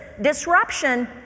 disruption